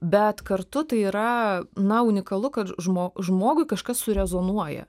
bet kartu tai yra na unikalu kad žmo žmogui kažkas surezonuoja